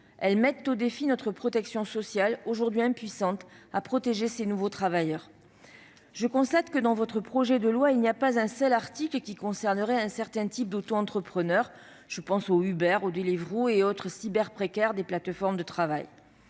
Elles mettent au défi notre protection sociale, aujourd'hui impuissante à protéger ces nouveaux travailleurs. Je constate que, dans votre projet de loi, il n'y a pas un seul article concernant un certain type d'autoentrepreneurs : les Uber, les Deliveroo et autres « cyberprécaires » des plateformes de travail.